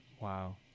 wow